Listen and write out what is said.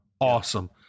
Awesome